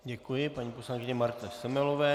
Děkuji paní poslankyni Martě Semelové.